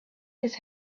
his